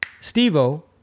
steve-o